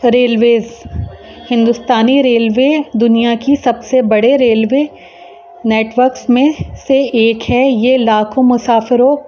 railways ہندوستانی railway دنیا کی سب سے بڑے ریلوے نیٹورکس میں سے ایک ہے یہ لاکھوں مسافروں